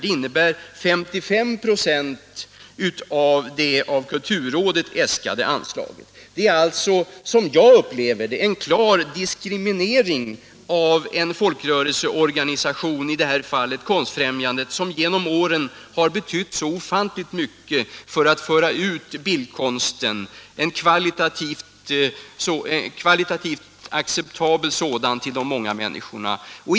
Det innebär 55 96 av det av kulturrådet äskade anslaget. Jag upplever detta som en klar diskriminering av en folkrörelseorganisation, i det här fallet Konstfrämjandet, som genom åren har betytt så ofantligt mycket när det gäller att föra ut en kvalitativt acceptabel bildkonst till de många människorna.